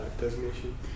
designation